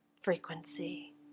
frequency